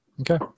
Okay